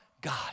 God